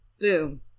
Boom